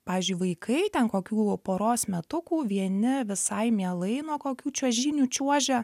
pavyzdžiui vaikai ten kokių poros metukų vieni visai mielai nuo kokių čiuožynių čiuožia